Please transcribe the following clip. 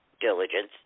diligence